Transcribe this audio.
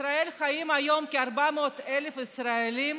בישראל חיים כיום כ-400,000 ישראלים